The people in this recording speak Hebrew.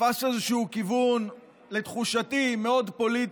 תפס איזשהו כיוון מאוד פוליטי,